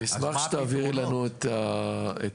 אשמח שתעבירי לנו את הטענות.